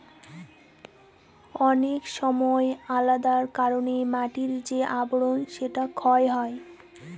অনেক সময় আলাদা কারনে মাটির যে আবরন সেটা ক্ষয় হয়